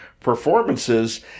performances